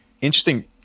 Interesting